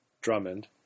Drummond